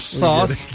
sauce